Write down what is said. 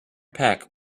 pack